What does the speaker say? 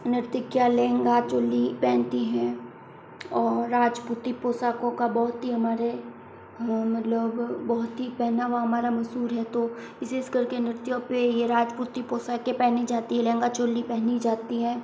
नर्तकिया लहंगा चुन्नी पहनती है और राजपूती पोशाकों का बहुत ही हमारे हम लोग बहुत ही पहनावा हमारा मशहूर है तो विशेष तौर पर नृत्यों पर ये राजपूती पोशाकें पहनी जाती हैं लहंगा चोली पहनी जाती हैं